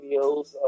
videos